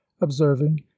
observing